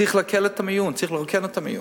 צריך להקל את המיון, צריך לרוקן את המיון.